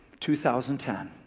2010